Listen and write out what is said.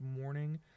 morning